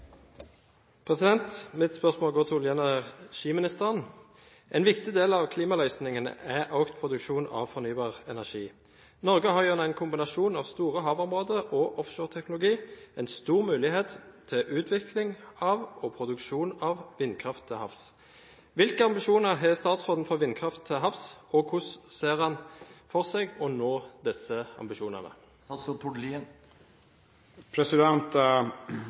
energiministeren: «En viktig del av klimaløsningen er økt produksjon av fornybar energi. Norge har gjennom en kombinasjon av store havområder og offshoreteknologi en stor mulighet til utvikling av og produksjon av vindkraft til havs. Hvilke ambisjoner har statsråden for vindkraft til havs, og hvordan ser han for seg å nå